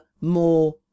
more